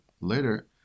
later